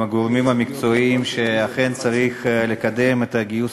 עם הגורמים המקצועיים שאכן צריך לקדם את גיוס